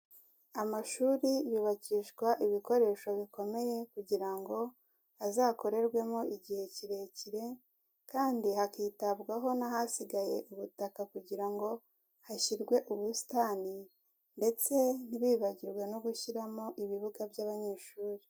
Amashuri yubakishwa ibikoresho bikomeye kugira ngo azakorerwemo igihe kirekire kandi hakitabwaho n'ahasigaye ubutaka kugira ngo hashyirwe ubusitani ndetse ntibibagirwe no gushyiramo ibibuga by'abanyeshuri.